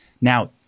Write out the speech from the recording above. Now